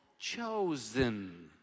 chosen